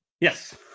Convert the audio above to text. yes